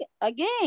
again